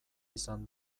izan